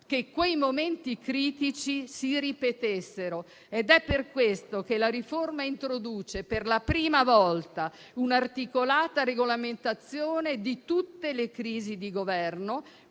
che quei momenti critici si ripetano. Ed è per questo che la riforma introduce per la prima volta un'articolata regolamentazione di tutte le crisi di Governo,